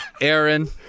Aaron